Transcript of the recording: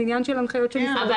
זה עניין של הנחיות של משרד הבריאות.